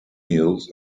meals